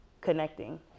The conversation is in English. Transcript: connecting